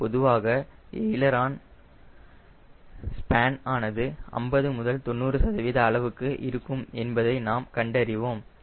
பொதுவாக aileron span ஆனது 50 முதல் 90 சதவீத அளவுக்கு இருக்கும் என்பதை நாம் கண்டறிவோம்